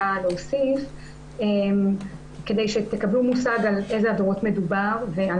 להוסיף כדי שתקבלו מושג על איזה עבירות מדובר ועל